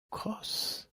cross